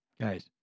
Guys